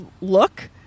look